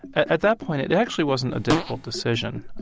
at that point, it actually wasn't a difficult decision,